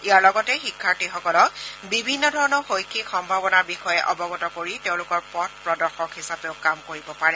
ইয়াৰ লগতে শিক্ষাৰ্থীসকলক বিভিন্ন ধৰণৰ শৈক্ষিক সম্ভাৱনাৰ বিষয়ে অৱগত কৰি তেওঁলোকৰ পথ প্ৰদৰ্শক হিচাপেও কাম কৰিব পাৰে